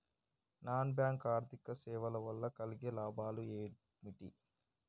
Non bank ఆర్థిక సేవల వల్ల కలిగే లాభాలు ఏమిటి?